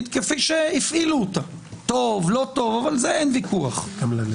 כמו שבנושא